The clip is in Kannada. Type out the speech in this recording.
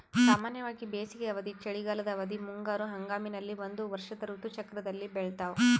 ಸಾಮಾನ್ಯವಾಗಿ ಬೇಸಿಗೆ ಅವಧಿ, ಚಳಿಗಾಲದ ಅವಧಿ, ಮುಂಗಾರು ಹಂಗಾಮಿನಲ್ಲಿ ಒಂದು ವರ್ಷದ ಋತು ಚಕ್ರದಲ್ಲಿ ಬೆಳ್ತಾವ